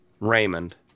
Raymond